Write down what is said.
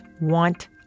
want